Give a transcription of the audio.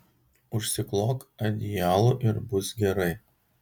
užsiklok adijalu ir bus gerai